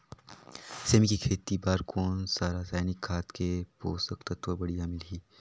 सेमी के खेती बार कोन सा रसायनिक खाद ले पोषक तत्व बढ़िया मिलही?